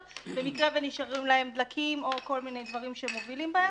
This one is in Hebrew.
במקרה שנשארו להן דלקים או כל מיני דברים שהם מובילים.